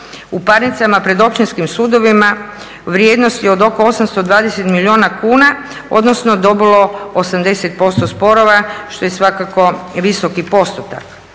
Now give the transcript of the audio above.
u parnicama pred općinskim sudovima vrijednosti od oko 820 milijuna kuna odnosno dobilo 80% sporova što je svakako visoki postotak.